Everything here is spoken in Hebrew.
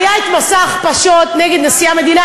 כשהיה מסע ההכפשות נגד נשיא המדינה,